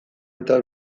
eta